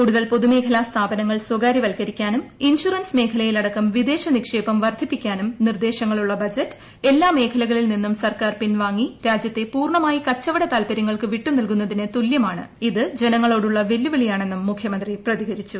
കൂടുതൽ പൊതു്മേഖല സ്ഥാപനങ്ങൾ സ്വകാര്യവൽക്കരിക്കാനുകൃഇൻഷുറൻസ് മേഖലയിലടക്കം വിദേശ നിക്ഷേപം വർധിപ്പിക്കാനും നിർദേശങ്ങളുള്ള ബജറ്റ് എല്ലാ മേഖലകളിൽ നിന്നും സർക്കാർ പിൻവാങ്ങി രാജ്യത്തെ പൂർണമായി കച്ചവട താൽപര്യങ്ങൾക്കു വിട്ടുനൽകുന്നതിനു തുല്യമാണ് ഇത് ജനങ്ങളോടുള്ള വെല്ലുവിളിയാണെന്നും മുഖ്യമന്ത്രി പ്രതികരിച്ചു